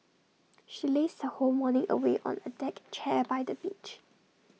she lazed her whole morning away on A deck chair by the beach